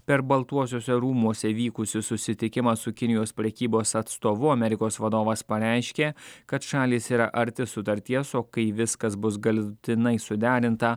per baltuosiuose rūmuose vykusį susitikimą su kinijos prekybos atstovu amerikos vadovas pareiškė kad šalys yra arti sutarties o kai viskas bus galutinai suderinta